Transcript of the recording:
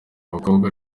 abakobwa